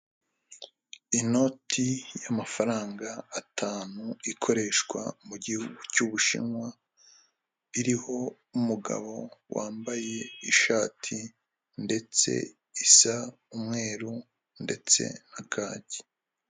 Inoti y'amafaranga atanu ikoreshwa mu gihugu cy'ubushinwa iriho umugabo wambaye ishati ndetse isa umweru ndetse na kaki.